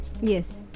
Yes